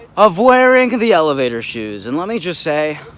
of wearing the elevator shoes and let me just say,